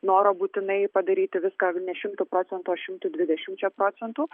noro būtinai padaryti viską ne šimtu procentų o šimtu dvidešimčia procentų